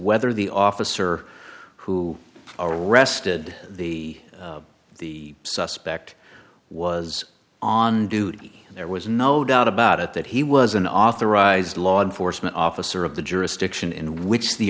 whether the officer who arrested the the suspect was on duty and there was no doubt about it that he was an authorized law enforcement officer of the jurisdiction in which the